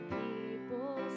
people